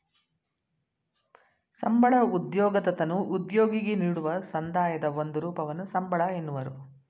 ಸಂಬಳ ಉದ್ಯೋಗದತನು ಉದ್ಯೋಗಿಗೆ ನೀಡುವ ಸಂದಾಯದ ಒಂದು ರೂಪವನ್ನು ಸಂಬಳ ಎನ್ನುವರು